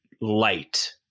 light